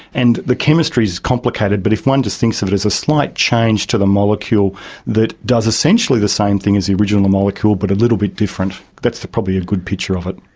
and the chemistry is complicated but if one just thinks of it as a slight change to the molecule that does essentially the same thing as the original molecule but a little bit different, that's probably a good picture of it.